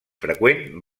freqüent